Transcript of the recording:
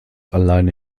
alleine